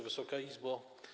Wysoka Izbo!